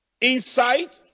insight